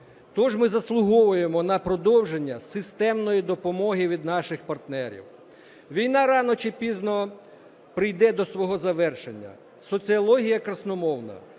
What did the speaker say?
Тож ми заслуговуємо на продовження системної допомоги від наших партнерів, війна рано чи пізно прийде до свого завершення. Соціологія красномовна,